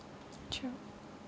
true